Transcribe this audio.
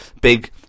big